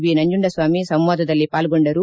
B Nanjundaswamy ಸಂವಾದದಲ್ಲಿ ಪಾಲ್ಗೊಂಡರು